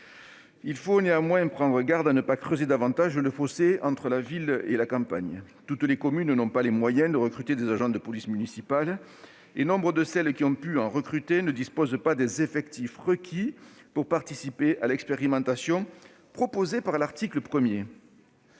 Il faut néanmoins prendre garde à ne pas creuser davantage le fossé entre la ville et la campagne. Toutes les communes n'ont pas les moyens de recruter des agents de police municipale, et nombre de celles qui ont pu en recruter ne disposent pas d'effectifs suffisants pour participer à l'expérimentation prévue à l'article 1.